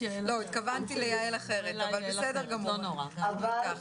התכוונתי ליעל אחרת, אבל בסדר גמור, נשמע אותך.